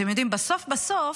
אתם יודעים, בסוף בסוף,